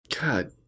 God